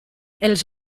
els